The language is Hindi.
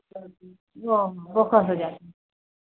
वो बोकस हो जाता है